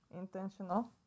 intentional